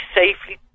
safely